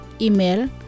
Email